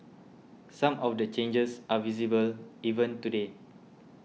some of the changes are visible even today